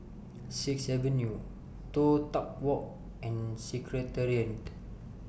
Sixth Avenue Toh Tuck Walk and Secretariat